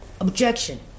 objection